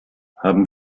haben